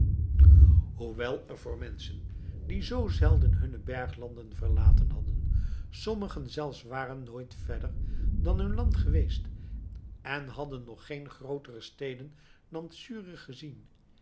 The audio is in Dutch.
hoewel er voor menschen die zoo zelden hunne berglanden verlaten hadden sommigen zelfs waren nooit verder dan hun land geweest en hadden nog geene grootere steden dan zürich gezien